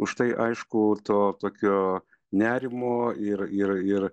užtai aišku to tokio nerimo ir ir ir